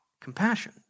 Compassion